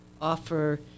offer